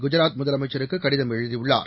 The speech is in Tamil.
குஜராத் முதலமைச்சருக்கு கடிதம் எழுதியுள்ளார்